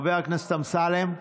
חבר הכנסת אמסלם,